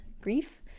grief